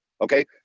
okay